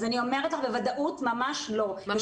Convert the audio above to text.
אז אני אומרת לך בוודאות, ממש לא.